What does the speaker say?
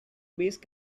base